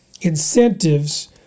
incentives